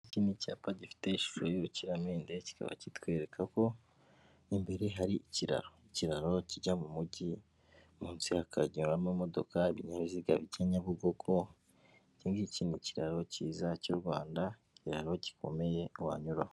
Iki ni icyapa gifite ishusho y'ubukiramende, kikaba kitwereka ko imbere hari ikiraro, ikiraro kijya mu mujyi, munsi ya hakanyuramo amamodoka ibinyabiziga bijya Nyabugogo, iki ngiki ni kiraro cyiza cy'u Rwanda, ikiraro gikomeye wanyura.